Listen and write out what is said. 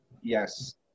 Yes